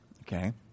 okay